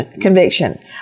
conviction